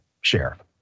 sheriff